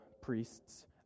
priests